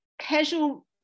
casual